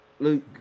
Luke